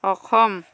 Assam